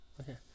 Okay